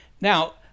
Now